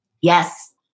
Yes